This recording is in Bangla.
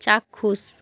চাক্ষুষ